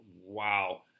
wow